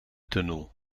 tunnel